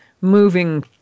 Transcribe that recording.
moving